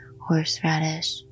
horseradish